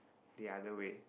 the other way